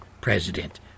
president